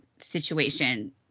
situation